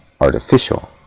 artificial